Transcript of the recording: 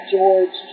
George